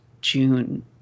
June